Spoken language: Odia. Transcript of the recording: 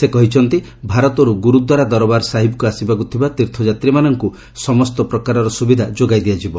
ସେ କହିଛନ୍ତି ଭାରତରୁ ଗୁରୁଦ୍ୱାରା ଦରବାର ସାହିବକୁ ଆସିବାକୁ ଥିବା ତୀର୍ଥଯାତ୍ରୀମାନଙ୍କୁ ସମସ୍ତ ପ୍ରକାର ସୁବିଧା ଯୋଗାଇ ଦିଆଯିବ